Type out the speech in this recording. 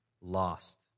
lost